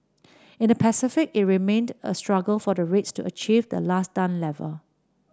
in the Pacific it remained a struggle for the rates to achieve the last done level